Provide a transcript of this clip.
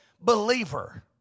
believer